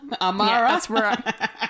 Amara